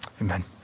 Amen